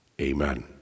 Amen